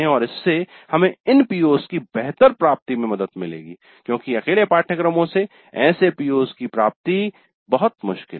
और इससे हमें इन PO's की बेहतर प्राप्ति में मदद मिलेगी क्योंकि अकेले पाठ्यक्रमों से ऐसे PO's की प्राप्ति बहुत मुश्किल है